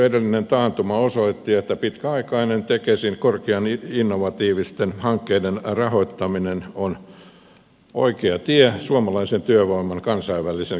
edellinen taantuma osoitti että tekesin korkean innovatiivisten hankkeiden pitkäaikainen rahoittaminen on oikea tie suomalaisen työvoiman kansainvälisen kilpailukyvyn kannalta